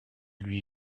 lui